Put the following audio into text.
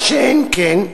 מה שאין כן,